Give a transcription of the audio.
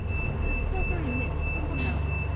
there was a silvery mist all about him,